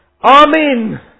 Amen